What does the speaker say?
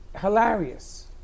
hilarious